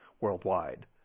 worldwide